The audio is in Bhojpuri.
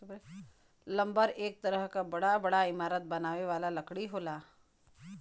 लम्बर एक तरह क बड़ा बड़ा इमारत बनावे वाला लकड़ी होला